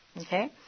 Okay